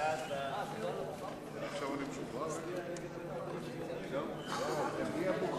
לוועדה שתקבע ועדת הכנסת נתקבלה.